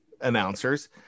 announcers